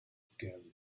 scary